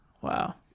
Wow